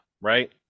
right